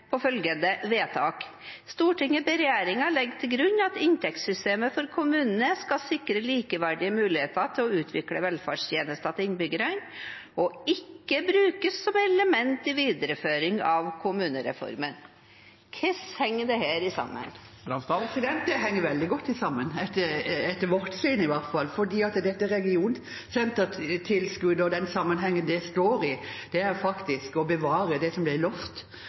på følgende vedtak: «Stortinget ber regjeringen legge til grunn at inntektssystemet for kommunene skal sikre likeverdige muligheter til å utvikle velferdstjenester til innbyggerne og ikke brukes som element i videreføring av kommunereformen.» Hvordan henger dette sammen? Det henger veldig godt sammen etter vårt syn, i hvert